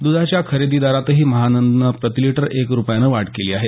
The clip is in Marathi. दुधाच्या खरेदी दरातही महानंदनं प्रतिलीटर एक रुपयानं वाढ केली आहे